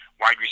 wide